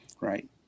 right